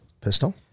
Pistol